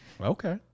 Okay